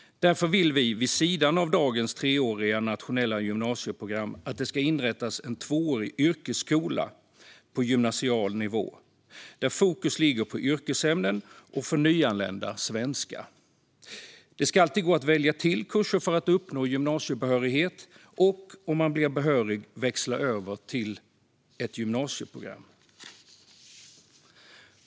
Därför vill vi att det, vid sidan av dagens treåriga nationella gymnasieprogram, ska inrättas en tvåårig yrkesskola på gymnasial nivå där fokus ligger på yrkesämnen och, för nyanlända, svenska. Det ska alltid gå att välja till kurser för att uppnå gymnasiebehörighet och, om man blir behörig, växla över till ett gymnasieprogram.